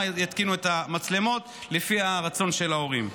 יתקינו את המצלמות לפי הרצון של ההורים.